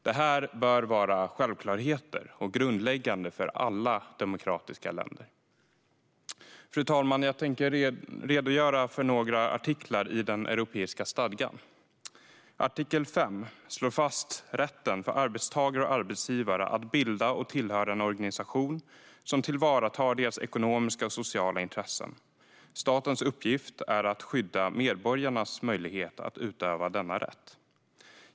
Det här bör vara självklarheter och grundläggande för alla demokratiska länder. Fru talman! Jag tänker redogöra för några artiklar i den europeiska stadgan. Artikel 5 slår fast rätten för arbetstagare och arbetsgivare att bilda och tillhöra en organisation som tillvaratar deras ekonomiska och sociala intressen. Statens uppgift är att skydda medborgarnas möjlighet att utöva denna rätt.